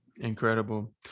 Incredible